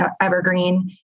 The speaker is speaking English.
Evergreen